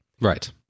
Right